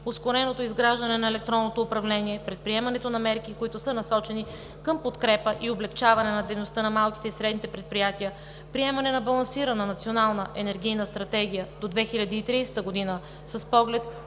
ускореното изграждане на електронното управление; предприемането на мерки, които са насочени към подкрепа и облекчаване на дейността на малките и средните предприятия; приемане на балансирана национална енергийна стратегия до 2030 г., с поглед